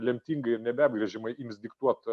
lemtingai ir nebeapgręžiamai ims diktuot